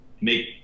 make